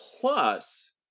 Plus